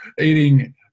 eating